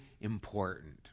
important